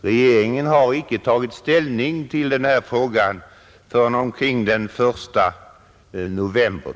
Regeringen tog inte ställning till denna fråga förrän omkring den 1 november.